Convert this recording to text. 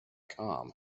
com